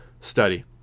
study